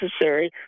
necessary